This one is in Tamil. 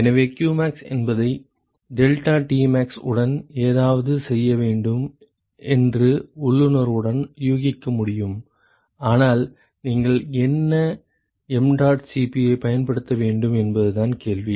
எனவே qmax என்பதை deltaTmax உடன் ஏதாவது செய்ய வேண்டும் என்று உள்ளுணர்வுடன் யூகிக்க முடியும் ஆனால் நீங்கள் என்ன mdot Cp ஐப் பயன்படுத்த வேண்டும் என்பதுதான் கேள்வி